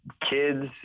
kids